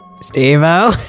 Steve-o